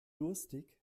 durstig